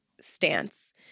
stance